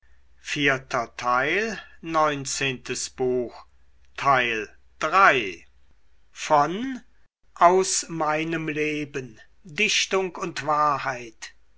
goethe aus meinem leben dichtung und wahrheit